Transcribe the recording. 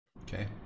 Okay